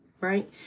right